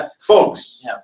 Folks